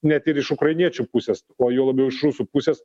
net ir iš ukrainiečių pusės o juo labiau iš rusų pusės